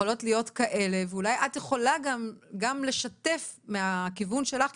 יכולות להיות כאלה ואולי את יכולה גם לשתף מהכיוון שלך,